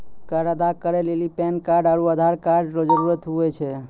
कर अदा करै लेली पैन कार्ड आरू आधार कार्ड रो जरूत हुवै छै